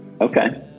Okay